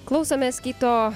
klausomės kito